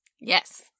Yes